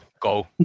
go